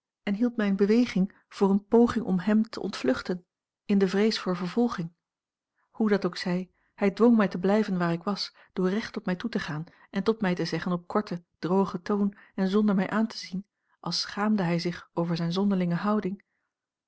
en hield mijne beweging voor eene poging om hem te ontvluchten in de vrees voor vervolging hoe dat ook zij hij dwong mij te blijven waar ik was door recht op mij toe te gaan en tot mij te zeggen op korten drogen toon en zonder mij aan te zien als schaamde hij zich over zijne zonderlinge houding